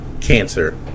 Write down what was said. cancer